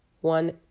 one